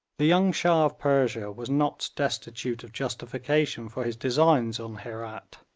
the young shah of persia was not destitute of justification for his designs on herat.